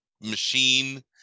machine